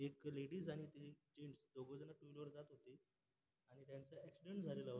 एक लेडीज आणि जेन्ट्स दोघं जणं टू व्हिलरवर जात होते आणि त्यांचा ॲक्सिडंट झाला होता